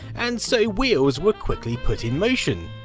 and so wheels were quickly put in motion,